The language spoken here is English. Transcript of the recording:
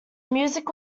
music